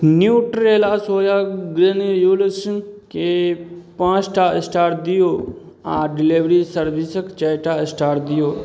Nutrela soya ग्रेन्यूल्सके पाँच टा स्टार दियौ आओर डिलेवरी सर्विसके चारि टा स्टार दियौ